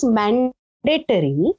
mandatory